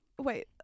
Wait